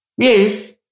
Yes